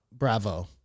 Bravo